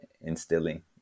instilling